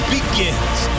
Begins